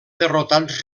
derrotats